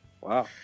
Wow